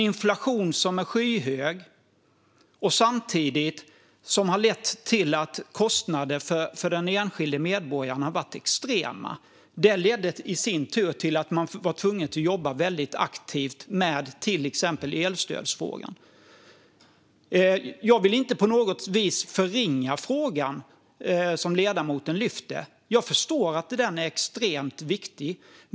Vi har en skyhög inflation som har lett till att kostnaderna för den enskilda medborgaren har varit extrema. Detta har i sin tur lett till att regeringen har varit tvungen att jobba väldigt aktivt med till exempel elstödsfrågan. Jag vill inte på något vis förringa den fråga som ledamoten lyfter fram; jag förstår att den är extremt viktig.